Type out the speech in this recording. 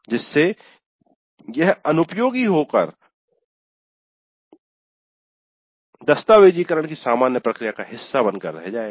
जिससे यह अनुपयोगी होकर दस्तावेज़ीकरण की सामान्य प्रक्रिया का हिस्सा बनकर रह जाएगा